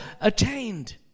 attained